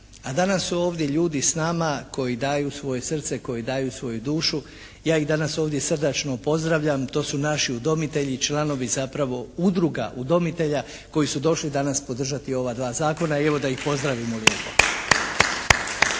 A danas su ovdje ljudi s nama koji daju svoje srce, koji daju svoju dušu. Ja ih danas ovdje srdačno pozdravljam. To su naši udomitelji, članovi zapravo udruga udomitelja koji su došli danas podržati ova dva zakona i evo da ih pozdravimo lijepo.